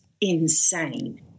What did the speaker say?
insane